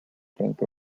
drink